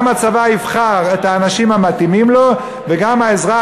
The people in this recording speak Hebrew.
גם הצבא יבחר את האנשים המתאימים לו וגם האזרח